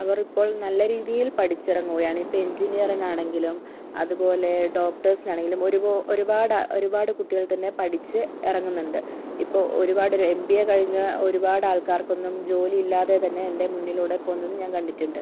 അവരിപ്പോൾ നല്ലരീതിയിൽ പഠിച്ചിറങ്ങുകയാണ് ഇപ്പോൾ എഞ്ചിനീയറിംഗ് ആണെങ്കിലും അതുപോലെ ഡോക്ടർസിനാണെങ്കിലും ഒരുപോ ഒരുപാട് ഒരുപാട് കുട്ടികൾ തന്നെ പഠിച്ച് ഇറങ്ങുന്നുണ്ട് ഇപ്പോൾ ഒരുപാടൊരു എം ബി എ കഴിഞ്ഞ ഒരുപാട് ആൾക്കാർക്കൊന്നും ജോലിയില്ലാതെ തന്നെ എൻ്റെ മുന്നിലൂടെ പോകുന്നത് ഞാൻ കണ്ടിട്ടുണ്ട്